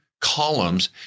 columns